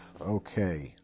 Okay